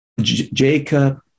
Jacob